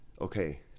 okay